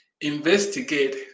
investigate